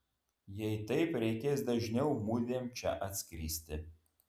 jei taip reikės dažniau mudviem čia atskristi